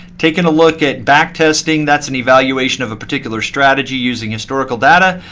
taking a look at back testing, that's an evaluation of a particular strategy using historical data.